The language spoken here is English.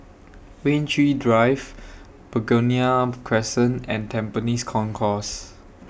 Rain Tree Drive Begonia Crescent and Tampines Concourse